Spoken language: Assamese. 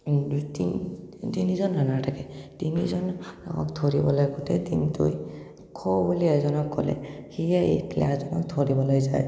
দুই তিন তিনিজন ৰাণাৰ থাকে তিনিজনক ধৰিবলৈ গোটেই টিমটোই খ' বুলি এজনক ক'লে সিয়ে এই প্লেয়াৰজনক ধৰিবলৈ যায়